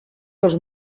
dels